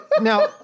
Now